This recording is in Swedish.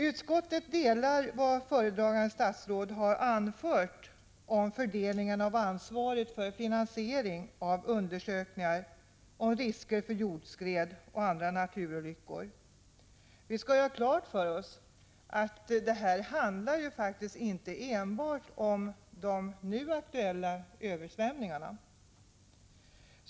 Utskottsmajoriteten har anslutit sig till vad föredragande statsrådet har anfört om fördelningen av ansvaret för finansiering av undersökningar om risker för jordskred och andra naturolyckor. Vi skall ha klart för oss att det här faktiskt inte enbart handlar om de nu aktuella översvämningarna.